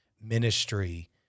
ministry